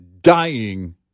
dying